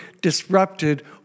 disrupted